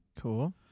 Cool